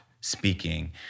speaking